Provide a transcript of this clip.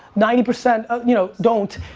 ninety percent ah you know don't,